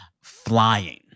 flying